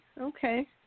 okay